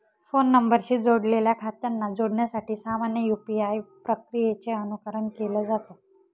phone नंबरशी जोडलेल्या खात्यांना जोडण्यासाठी सामान्य यू.पी.आय प्रक्रियेचे अनुकरण केलं जात